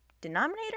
denominator